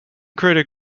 critic